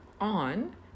on